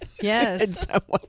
Yes